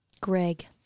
Greg